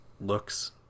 looks